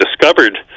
discovered